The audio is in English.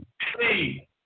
Hey